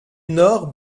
nord